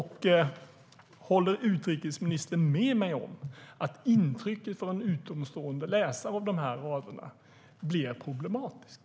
Håller utrikesministern med mig om att intrycket för en utomstående läsare av raderna blir problematiskt?